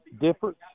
difference